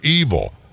evil